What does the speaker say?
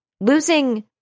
losing